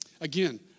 again